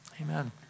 Amen